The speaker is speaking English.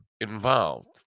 involved